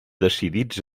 decidits